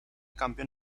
campeón